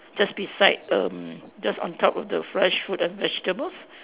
just beside erm just on top of the fresh fruit and vegetables